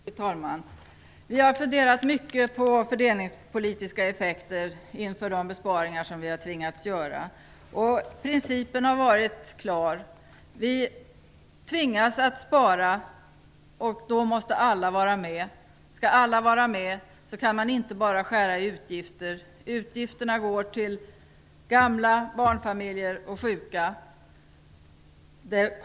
Fru talman! Vi har funderat mycket på fördelningspolitiska effekter inför de besparingar som vi har tvingats göra. Principen har varit klar. Vi tvingas att spara, och då måste alla vara med. Skall alla vara med kan man inte bara skära i utgifterna. De går till gamla, barnfamiljer och sjuka.